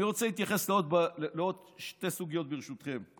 אני רוצה להתייחס לעוד שתי סוגיות, ברשותכם.